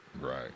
Right